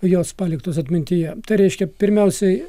jos paliktos atmintyje tai reiškia pirmiausiai